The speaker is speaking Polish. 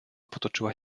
potoczyła